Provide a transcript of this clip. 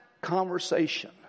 conversation